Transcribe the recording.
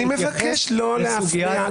אני מבקש לא להפריע.